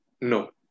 No